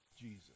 Jesus